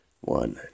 One